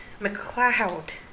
McLeod